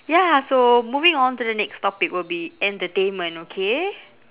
ya so moving on to the next topic will be entertainment okay